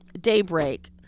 Daybreak